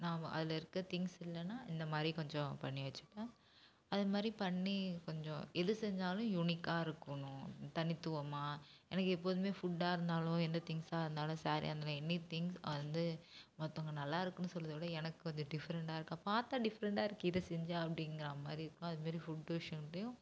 நான் அதில் இருக்கற திங்ஸ் இல்லைன்னா இந்த மாதிரி கொஞ்சம் பண்ணி வச்சிப்பேன் அதை மாதிரி பண்ணி கொஞ்சம் எது செஞ்சாலும் யுனிக்காக இருக்கும்னு தனித்துவமாக எனக்கு எப்போதும் ஃபுட்டாக இருந்தாலும் எந்த திங்ஸாக இருந்தாலும் சரீயா இருந்தாலும் எனி திங்க் அது வந்து மற்றவங்க நல்லா இருக்குதுன்னு சொல்றதை விட எனக்கு கொஞ்சம் டிஃபரண்ட்டாக இருக்கா பார்த்தா டிஃபரண்ட்டாக இருக்குது இதை செஞ்சால் அப்படிங்கிறா மாதிரி இருக்கும் அது மாரி ஃபுட் விஷயங்கள்லியும்